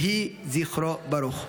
יהי זכרו ברוך.